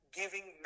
giving